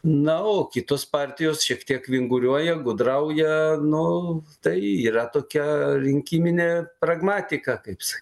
na o kitos partijos šiek tiek vinguriuoja gudrauja nu tai yra tokia rinkiminė pragmatika kaip sa